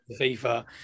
FIFA